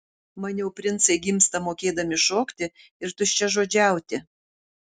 maniau princai gimsta mokėdami šokti ir tuščiažodžiauti